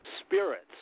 spirits